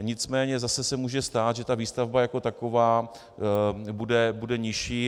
Nicméně zase se může stát, že ta výstavba jako taková bude nižší.